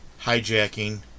hijacking